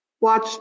watch